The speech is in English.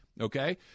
Okay